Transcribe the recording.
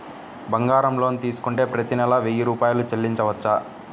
బంగారం లోన్ తీసుకుంటే ప్రతి నెల వెయ్యి రూపాయలు చెల్లించవచ్చా?